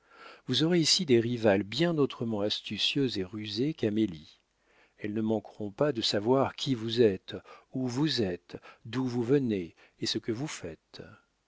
vous aurez ici des rivales bien autrement astucieuses et rusées qu'amélie elles ne manqueront pas de savoir qui vous êtes où vous êtes d'où vous venez et ce que vous faites